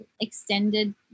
extended